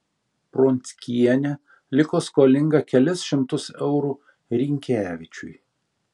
pronckienė liko skolinga kelis šimtus eurų rynkevičiui